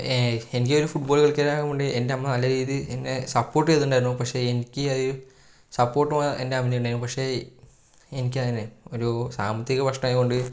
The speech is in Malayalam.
എനിക്കൊരു ഫുട്ബോള് കളിക്കാൻ ആഗ്രഹമുണ്ട് എൻറമ്മ നല്ല രീതിയിൽ എന്നെ സപ്പോർട്ട് ചെയ്തിട്ടുണ്ടായിരുന്നു പക്ഷേ എനിക്ക് അത് സപ്പോർട്ടിന് എൻറമ്മ ഇണ്ടേനൂ പക്ഷേ എനിക്കങ്ങനെ ഒരു സാമ്പത്തിക പ്രശ്നമായതു കൊണ്ട്